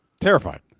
Terrified